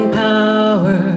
power